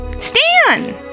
Stan